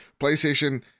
PlayStation